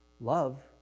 love